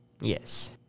yes